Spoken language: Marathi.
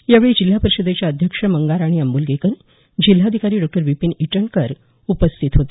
यावेळी जिल्हा परिषदेच्या अध्यक्ष मंगाराणी अंब्रलगेकर जिल्हाधिकारी डॉ विपीन ईटनकर उपस्थित होते